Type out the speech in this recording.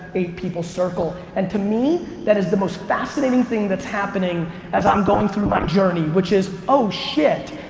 eight people circle, and to me that is the most fascinating thing that's happening as i'm going through my journey, which is, oh shit,